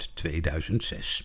2006